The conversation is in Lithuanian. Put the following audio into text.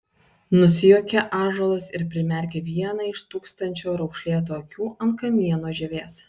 nusijuokė ąžuolas ir primerkė vieną iš tūkstančio raukšlėtų akių ant kamieno žievės